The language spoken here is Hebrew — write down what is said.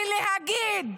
ולהגיד,